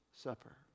Supper